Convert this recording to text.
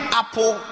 apple